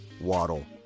Waddle